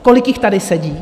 Kolik jich tady sedí?